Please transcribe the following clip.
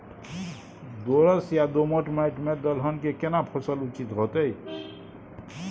दोरस या दोमट माटी में दलहन के केना फसल उचित होतै?